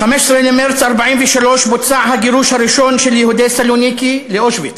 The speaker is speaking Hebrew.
ב-15 במרס 1943 בוצע הגירוש הראשון של יהודי סלוניקי לאושוויץ.